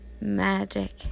magic